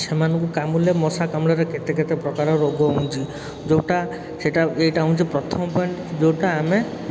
ସେମାନଙ୍କୁ କାମୁଡ଼ିଲେ ମଶା କାମୁଡ଼ାରେ କେତେକେତେ ପ୍ରକାର ରୋଗ ହେଉଛି ଯେଉଁଟା ସେଇଟା ଏଇଟା ହେଉଛି ପ୍ରଥମ ପଏଣ୍ଟ୍ ଯେଉଁଟା ଆମେ